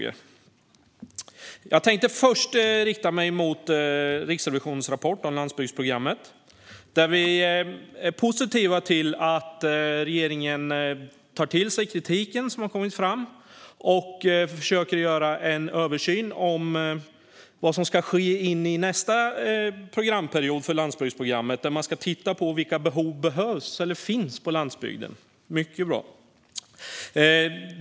Riksrevisionens rapport om Landsbygdsprogram-met 2014-2020 Jag tänkte först rikta in mig på Riksrevisionens rapport om landsbygdsprogrammet, där vi är positiva till att regeringen tar till sig den kritik som har kommit fram och försöker göra en översyn av vad som ska ske under nästa programperiod för landsbygdsprogrammet, där man ska titta på vilka behov som finns på landsbygden. Mycket bra!